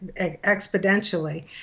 exponentially